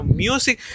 music